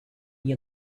you